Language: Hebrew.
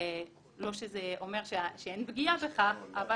לא שזה אומר שאין פגיעה בכך.